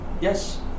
Yes